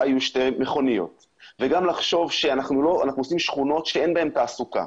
יהיו שתי מכוניות וגם לחשוב שאנחנו עושים שכונות שאין בהן תעסוקה,